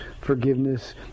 forgiveness